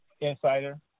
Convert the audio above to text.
Insider